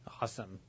Awesome